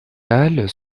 halles